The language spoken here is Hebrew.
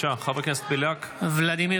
בבקשה, חבר הכנסת בליאק.